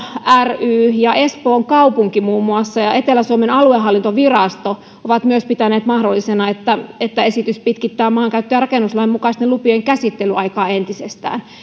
ry espoon kaupunki ja etelä suomen aluehallintovirasto muun muassa ovat myös pitäneet mahdollisena että että esitys pitkittää maankäyttö ja rakennuslain mukaisten lupien käsittelyaikaa entisestään